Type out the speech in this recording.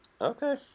Okay